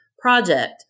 Project